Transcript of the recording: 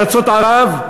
בארצות ערב,